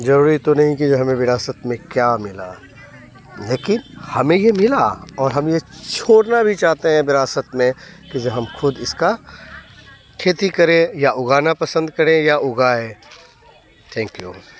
ज़रूरी तो नहीं कि हमें विरासत में क्या मिला लेकिन हमें ये मिला और हमें छोड़ना भी चाहते हैं विरासत में कि जो हम ख़ुद इसका खेती करें या उगाना पसंद करें या उगाए थैंक यू